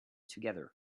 together